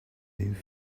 live